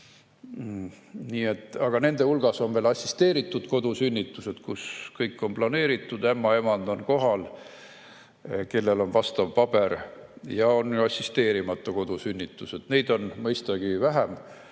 Aga nende hulgas on veel assisteeritud kodusünnitused, kus kõik on planeeritud, kohal on ämmaemand, kellel on vastav paber, ja on assisteerimata kodusünnitused, neid on mõistagi vähem.